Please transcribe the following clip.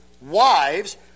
wives